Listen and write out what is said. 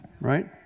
right